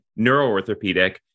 neuroorthopedic